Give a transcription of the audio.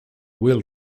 will